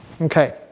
Okay